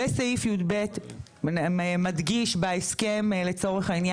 וסעיף י"ב מדגיש בהסכם לצורך העניין.